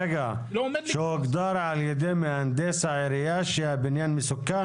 שהוגדר על ידי מהנדס העירייה שהבניין מסוכן?